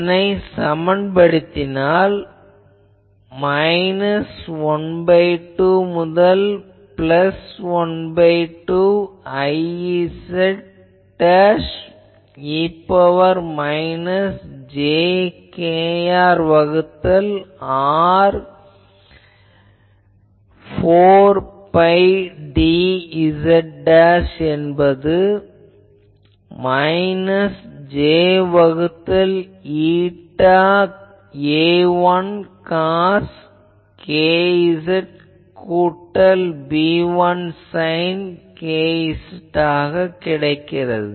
இதை சமன்படுத்தினால் 12 முதல் 12 Iz e ன் பவர் மைனஸ் j kR வகுத்தல் R 4 பை dz என்பது மைனஸ் j வகுத்தல் η A1 காஸ் kz கூட்டல் B1 சைன் kz ஆகும்